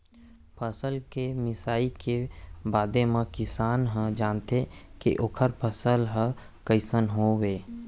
फसल के मिसाई के बादे म किसान ह जानथे के ओखर फसल ह कइसन होय हे